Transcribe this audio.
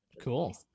Cool